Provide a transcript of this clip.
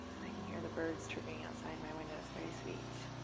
i can hear the birds chirping outside my window. it's very sweet.